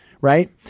right